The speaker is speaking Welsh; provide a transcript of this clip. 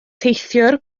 teithiwr